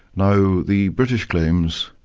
now the british claims,